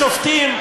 השופטים,